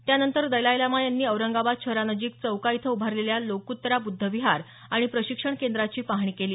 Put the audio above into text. त्यानंतर दलाई लामा यांनी औरंगाबाद शहरानजिक चौका इथं उभारलेल्या लोकुत्तरा बुद्धविहार आणि प्रशिक्षण केंद्राची पाहणी केली